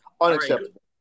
Unacceptable